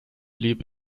blieb